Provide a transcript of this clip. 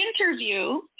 interview